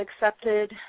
accepted